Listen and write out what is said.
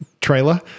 trailer